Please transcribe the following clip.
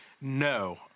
No